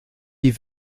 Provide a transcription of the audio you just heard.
die